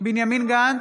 בנימין גנץ,